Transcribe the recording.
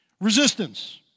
Resistance